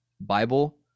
Bible